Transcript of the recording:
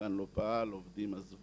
שהמתקן לא פעל, העובדים עזבו.